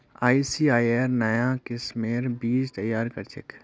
ICAR नाया किस्मेर बीज तैयार करछेक